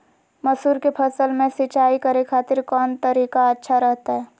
मसूर के फसल में सिंचाई करे खातिर कौन तरीका अच्छा रहतय?